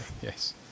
Yes